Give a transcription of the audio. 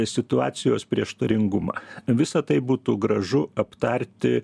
situacijos prieštaringumą visa tai būtų gražu aptarti